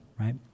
right